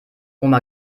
oma